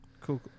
Cool